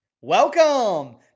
Welcome